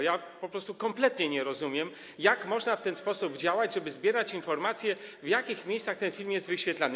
Ja po prostu kompletnie nie rozumiem, jak można w ten sposób działać, żeby zbierać informacje, w jakich miejscach ten film jest wyświetlany.